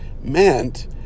meant